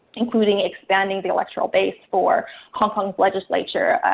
including expanding the electoral base for hong kong's legislature,